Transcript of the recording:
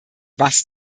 was